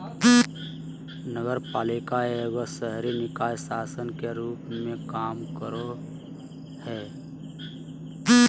नगरपालिका एगो शहरी निकाय शासन के रूप मे काम करो हय